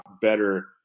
better